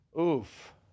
Oof